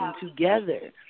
together